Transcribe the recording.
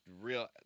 real